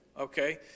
Okay